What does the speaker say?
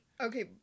Okay